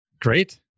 great